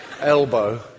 elbow